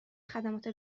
خدمات